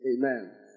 Amen